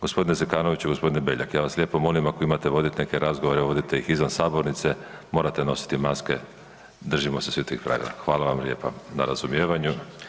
G. Zekanoviću i g. Beljak, ja vas lijepo molim, ako imate voditi neke razgovore, vodite ih izvan sabornice, morate nositi maske, držimo se svi tih pravila, Hvala vam lijepa na razumijevanju.